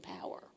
power